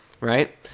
right